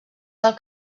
del